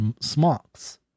smocks